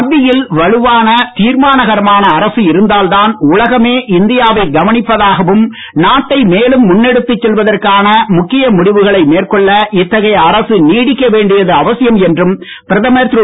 மத்தியில் வலுவான தீர்மானகரமான அரசு இருந்ததால்தான் உலகமே இந்தியா வை கவனிப்பதாகவும் நாட்டை மேலும் முன்னெடுத்துச் செல்வதற்கான முக்கிய முடிவுகளை மேற்கொள்ற இத்தகைய அரசு நீடிக்கவேண்டியது அவசியம் என்றும் பிரதமர் திரு